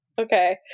Okay